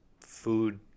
food